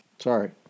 Sorry